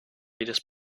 jedes